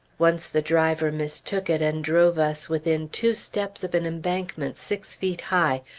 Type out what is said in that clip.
once the driver mistook it and drove us within two steps of an embankment six feet high,